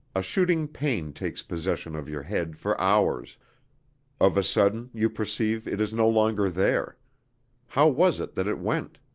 a shooting pain takes possession of your head for hours of a sudden you perceive it is no longer there how was it that it went?